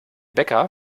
bäcker